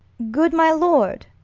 good my lord,